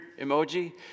emoji